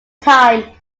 time